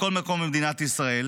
בכל מקום במדינת ישראל,